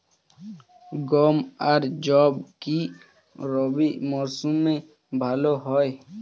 গম আর যব কি রবি মরশুমে ভালো হয়?